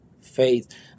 faith